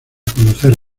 conocer